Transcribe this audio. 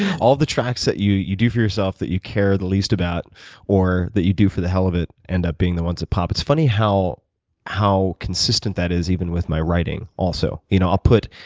all the tracks that you you do for yourself that you care the least about or that you do for the hell of it end up being the ones that pop. it's funny how how consistent that is, even with my writing also. you know i'll put,